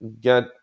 get